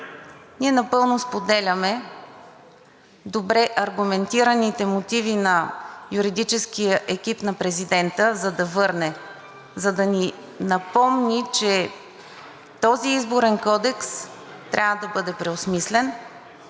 ние напълно споделяме добре аргументираните мотиви на юридическия екип на президента, за да върне, за да ни напомни, че този изборен кодекс трябва да бъде преосмислен,